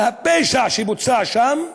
על הפשע שבוצע שם,